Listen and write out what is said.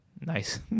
Nice